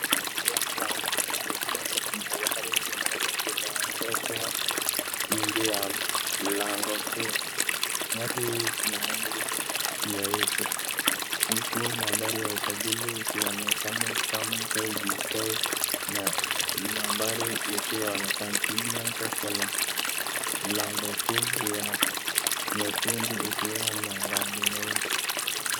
Hii ni eneo la wazi ambako kuna gari moja imeegeshwa nje ya mlango kuu. Gari hii ina rangi nyeusi . Huku nambari ya usajili ukionekana kbz yenye nambari hisiyo onekana Mlango kuu ya nyekunde ikiwa na rangi ya nyeusi